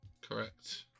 Correct